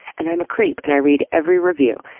and i'm a creep and i read every review.